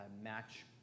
match